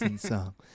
song